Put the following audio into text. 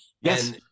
yes